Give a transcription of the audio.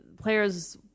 players –